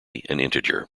integer